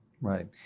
Right